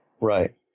Right